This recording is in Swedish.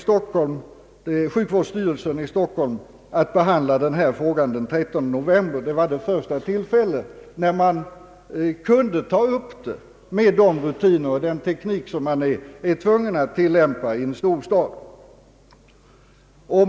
Sjukvårdsstyrelsen i Stockholm behandlade frågan den 13 november. Detta var det första tillfälle då styrelsen kunde ta upp den, med de rutiner och den teknik som man är tvungen att tilllämpa i en storstad.